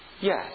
Yes